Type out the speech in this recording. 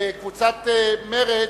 וקבוצת מרצ,